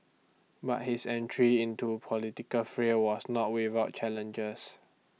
but his entry into political frail was not without challenges